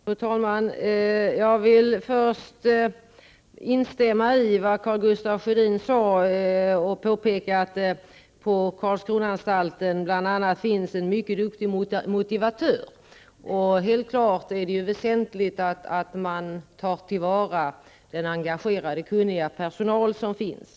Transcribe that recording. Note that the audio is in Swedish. Fru talman! Jag vill först instämma i vad Karl Gustaf Sjödin sade och påpeka att det i Karlskronaanstalten bl.a. finns en mycket duktig motivatör. Helt klart är det väsentligt man tar vara på den engagerade och kunniga personal som där finns.